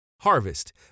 Harvest